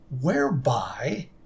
whereby